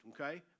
okay